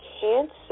cancer